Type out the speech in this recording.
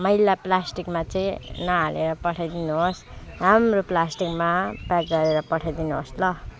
मैला प्लास्टिकमा चाहिँ नहालेर पठाइ दिनुहोस् हाम्रो प्लास्टिकमा प्याक गरेर पठाइ दिनुहोस् ल